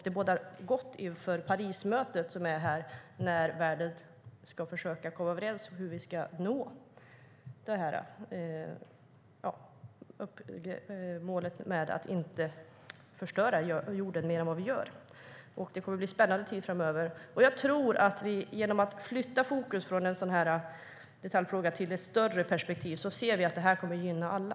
Det bådar gott inför Parismötet där världen ska försöka kommer överens om hur vi ska nå målet att inte förstöra jorden mer än vad vi gör. Det kommer att bli en spännande tid framöver. Jag tror att vi genom att flytta fokus från en detaljfråga till det större perspektivet ser att det kommer att gynna alla.